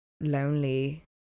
lonely